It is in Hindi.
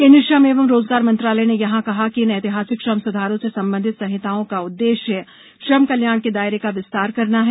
केंद्रीय श्रम एवं रोजगार मंत्रालय ने यहां कहा कि इन ऐतिहासिक श्रम सुधारों से संबंधित संहिताओं का उद्देश्य श्रम कल्याण के दायरे का विस्तार करना है